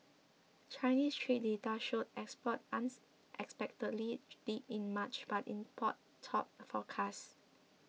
Chinese trade data showed exports unexpectedly dipped in March but imports topped forecasts